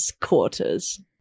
quarters